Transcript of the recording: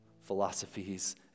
philosophies